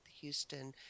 Houston